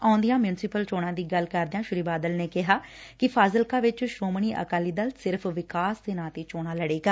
ਆਉਦੀਆਂ ਮਿਉਸਪਲ ਚੋਣਾਂ ਦੀ ਗੱਲ ਕਰਦਿਆਂ ਸ੍ਰੀ ਬਾਦਲ ਨੇ ਕਿਹਾ ਕਿ ਫਾਜ਼ਿਲਕਾ ਵਿਚ ਸ੍ਰੋਮਣੀ ਅਕਾਲੀ ਦਲ ਸਿਰਫ ਵਿਕਾਸ ਦੇ ਨਾਂ ਤੇ ਚੋਣਾਂ ਲੜੇਗਾ